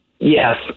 Yes